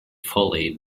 fully